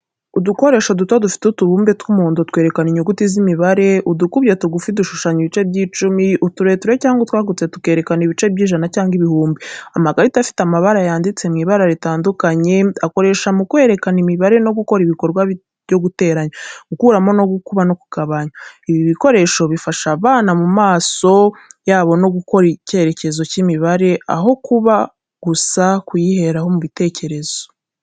Udukoresho duto dufite utubumbe tw’umuhondo twerekana inyuguti z’imibare. Udukubye tugufi dushushanya ibice by’icumi, utureture cyangwa utwagutse tukerekana ibice by’ijana cyangwa ibihumbi. Amakarita afite imibare yanditse mu ibara ritandukanye akoresha mu kwerekana imibare no gukora ibikorwa byo guteranya, gukuramo, gukuba cyangwa kugabanya. Ibi bikoresho bifasha abana kubona mu maso yabo no gukoraho icyerekezo cy’imibare, aho kuba gusa kuyiheraho mu bitekerezo.